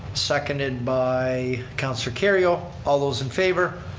seconded by councilor kerrio. all those in favor.